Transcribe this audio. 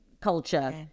culture